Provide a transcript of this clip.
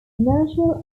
national